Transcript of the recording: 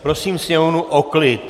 Prosím sněmovnu o klid.